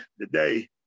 today